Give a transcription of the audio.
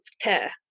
care